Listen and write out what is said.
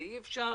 אי-אפשר